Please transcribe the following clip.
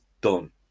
done